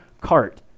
cart